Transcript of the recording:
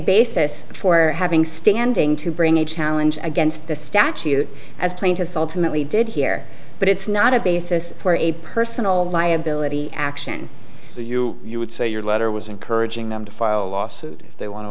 basis for having standing to bring a challenge against the statute as plaintiffs ultimately did here but it's not a basis for a personal liability action you would say your letter was encouraging them to file a lawsuit they want to